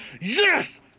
yes